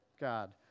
God